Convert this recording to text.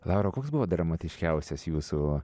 laura o koks buvo dramatiškiausias jūsų